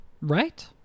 right